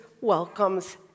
welcomes